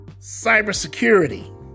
cybersecurity